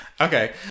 Okay